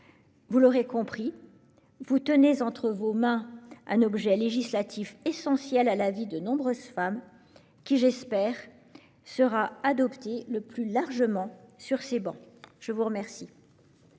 Vous l'aurez compris, vous tenez entre vos mains un objet législatif essentiel à la vie de nombreuses femmes, qui, je l'espère, sera adopté le plus largement sur ces travées. La parole